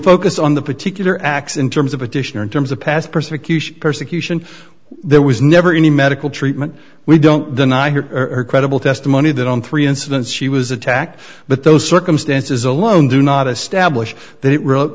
focus on the particular acts in terms of addition in terms of past persecution persecution there was never any medical treatment we don't deny here are credible testimony that on three incidents she was attacked but those circumstances alone do not establish th